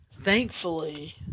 Thankfully